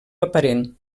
aparent